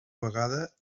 vegada